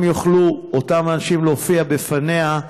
אם יוכלו אותם אנשים להופיע בפניה,